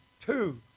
Two